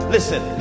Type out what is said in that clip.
Listen